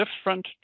different